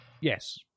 Yes